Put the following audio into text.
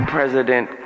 President